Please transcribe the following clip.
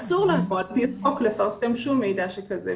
אסור לנו על פי חוק לפרסם שום מידע שכזה,